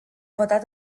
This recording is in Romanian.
votat